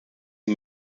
die